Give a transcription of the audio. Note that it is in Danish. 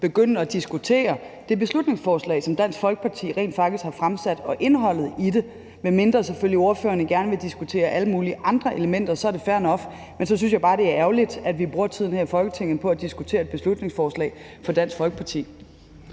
begynde at diskutere det beslutningsforslag, som Dansk Folkeparti rent faktisk har fremsat, og indholdet i det, medmindre selvfølgelig ordførerne gerne vil diskutere alle mulige andre elementer; så er det fair nok. Men så synes jeg bare, det er ærgerligt, at vi bruger tiden her i Folketinget på at diskutere et beslutningsforslag fra Dansk Folkeparti.